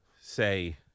say